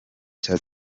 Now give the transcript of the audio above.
cya